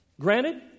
Granted